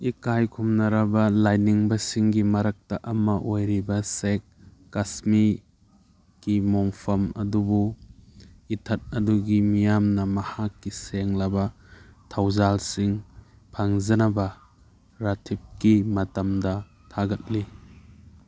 ꯏꯀꯥꯏ ꯈꯨꯝꯅꯔꯕ ꯂꯥꯏꯅꯤꯡꯕꯁꯤꯡꯒꯤ ꯃꯔꯛꯇ ꯑꯃ ꯑꯣꯏꯔꯤꯕ ꯁꯦꯛ ꯀꯥꯁꯃꯤꯀꯤ ꯃꯣꯡꯐꯝ ꯑꯗꯨꯕꯨ ꯏꯊꯠ ꯑꯗꯨꯒꯤ ꯃꯤꯌꯥꯝꯅ ꯃꯍꯥꯛꯀꯤ ꯁꯦꯡꯂꯕ ꯊꯧꯖꯥꯜꯁꯤꯡ ꯐꯪꯖꯅꯕ ꯔꯥꯊꯤꯞꯀꯤ ꯃꯇꯝꯗ ꯊꯥꯒꯠꯂꯤ